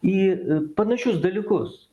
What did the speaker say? į panašius dalykus